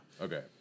Okay